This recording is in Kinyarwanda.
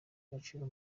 agaciro